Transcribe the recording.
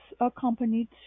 accompanied